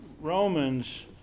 Romans